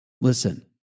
Listen